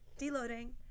deloading